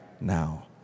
now